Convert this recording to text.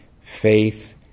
faith